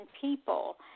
people